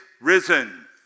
risen